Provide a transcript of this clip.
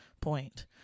point